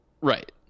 right